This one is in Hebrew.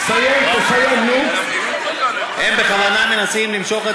לא 11 אלא שמונה שניות להראות לו מהם